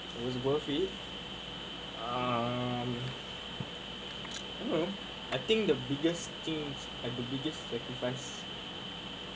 it was worth it um I don't know I think the biggest things and the biggest sacrifice